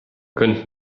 könnt